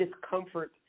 discomfort